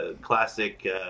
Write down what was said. classic